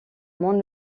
mon